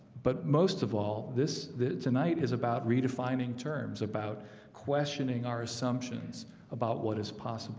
but most of all this tonight is about redefining terms about questioning our assumptions about what is possible